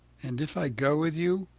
and if i go with you,